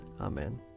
Amen